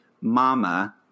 mama